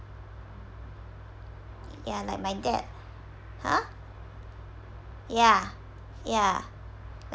ya like my dad !huh! ya ya